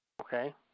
Okay